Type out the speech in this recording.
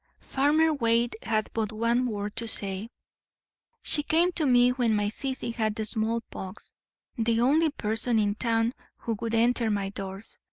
farmer waite had but one word to say she came to me when my sissy had the smallpox the only person in town who would enter my doors.